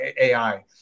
ai